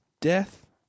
Death